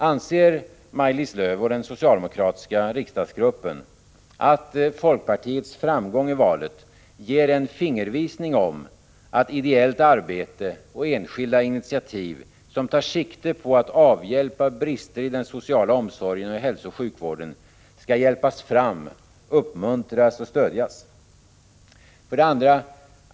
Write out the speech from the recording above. Anser Maj-Lis Lööw och den socialdemokratiska riksdagsgruppen att folkpartiets framgång i valet ger en fingervisning om att ideellt arbete och enskilda initiativ som tar sikte på att avhjälpa brister i den sociala omsorgen och i hälsooch sjukvården skall hjälpas fram, uppmuntras och stödjas? 2.